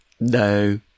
No